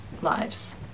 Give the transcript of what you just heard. lives